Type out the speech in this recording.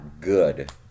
good